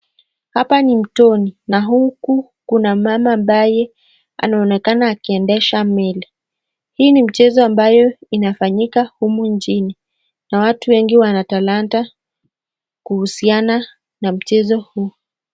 Hapa ni mtoni, na huku kuna mama ambaye anaonekana akiendesha meli. Hii ni mchezo ambayo inafanyika humu nchini na watu wengi wana talanta kuhusiana na mchezo huu.